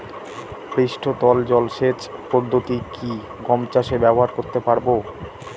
পৃষ্ঠতল জলসেচ পদ্ধতি কি গম চাষে ব্যবহার করতে পারব?